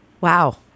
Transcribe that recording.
Wow